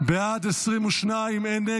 אין חוק שאומר שלא.